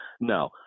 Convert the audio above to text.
No